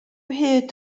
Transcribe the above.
hyd